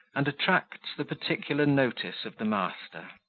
and attracts the particular notice of the master.